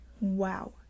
Wow